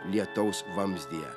lietaus vamzdyje